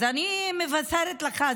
אני מבשרת לך,